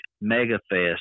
mega-fest